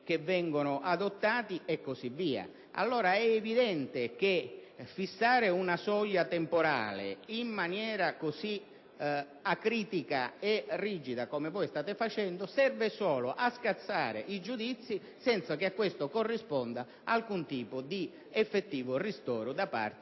che vengono adottati e così via. Allora è evidente che fissare una soglia temporale in maniera così acritica e rigida, come voi state facendo, serve solo a scalzare i giudizi senza che a questo corrisponda alcun tipo di effettivo ristoro per